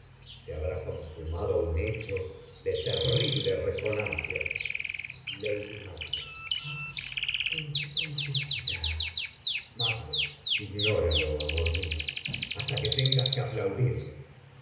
se habrá consumado un hecho de terrible resonancia lady mac en qué consistirá macb ignóralo amor mío hasta que tengas que aplaudirlo